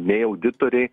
nei auditoriai